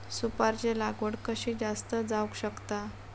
सुपारीची लागवड कशी जास्त जावक शकता?